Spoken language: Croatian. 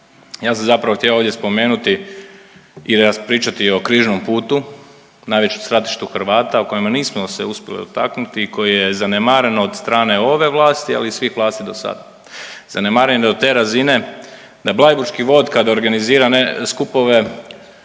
Ja sam zapravo htio ovdje spomenuti i pričati o križnom putu, najvećem stratištu Hrvata o kojem nismo se uspjeli dotaknuti i koji je zanemaren od strane ove vlasti, ali i svih vlasti dosada. Zanemaren je do te razine da blaiburški vod organizira skupove